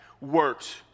works